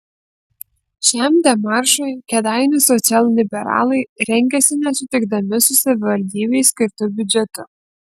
šiam demaršui kėdainių socialliberalai rengėsi nesutikdami su savivaldybei skirtu biudžetu